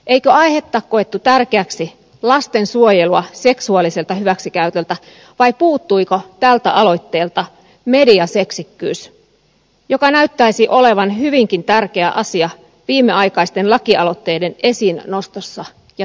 eikö aihetta koettu tärkeäksi lasten suojelua seksuaaliselta hyväksikäytöltä vai puuttuiko tältä aloitteelta mediaseksikkyys joka näyttäisi olevan hyvinkin tärkeä asia viimeaikaisten lakialoitteiden esiin nostossa ja tuomisessa